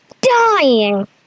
dying